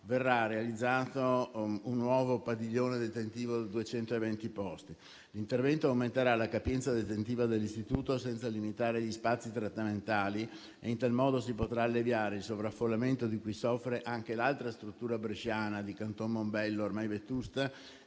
verrà realizzato un nuovo padiglione detentivo per 220 posti. L'intervento aumenterà la capienza detentiva dell'istituto senza limitare gli spazi trattamentali. In tal modo si potrà alleviare il sovraffollamento di cui soffre anche l'altra struttura bresciana di Canton Mombello, ormai vetusta